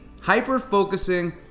hyper-focusing